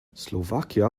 slovakia